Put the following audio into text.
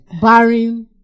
barring